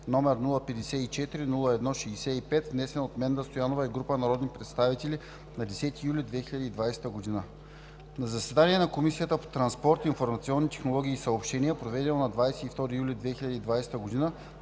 № 054-01-65, внесен от Менда Стоянова и група народни представители на 10 юли 2020 г. На заседание на Комисията по транспорт, информационни технологии и съобщения, проведено на 22 юли 2020 г.,